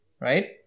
right